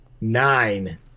nine